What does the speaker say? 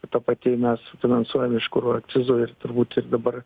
ta pati mes finansuojam iš kuro akcizo ir turbūt ir dabar